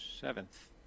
seventh